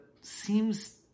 seems